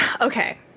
okay